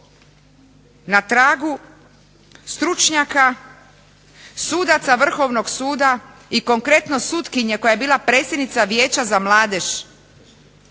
na tragu stručnjaka sudaca Vrhovnog suda i konkretno sutkinje koja je bila predsjednica Vijeća za mladež